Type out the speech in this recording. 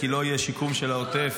כי לא יהיה שיקום של העוטף,